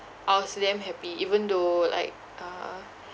I was damn happy even though like uh